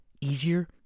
easier